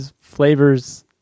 flavors